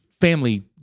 family